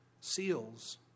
seals